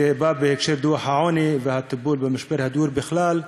שזה בא בהקשר של דוח העוני והטיפול במשבר הדיור בכלל,